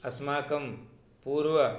अस्माकं पूर्व